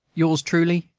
yours truly,